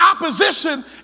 opposition